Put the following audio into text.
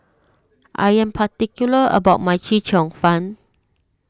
I am particular about my Chee Cheong Fun